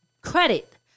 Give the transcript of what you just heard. credit